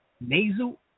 nasal